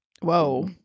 Whoa